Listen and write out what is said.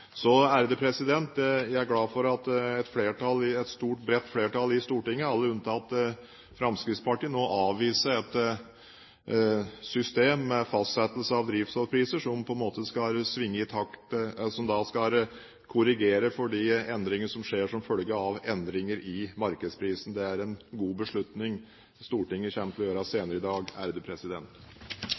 Jeg er glad for at et stort, bredt flertall i Stortinget, alle unntatt Fremskrittspartiet, avviser et system med fastsettelse av drivstoffpriser som skal korrigere for de endringer som skjer som følge av endringer i markedsprisen. Det er en god beslutning Stortinget kommer til å gjøre senere i dag.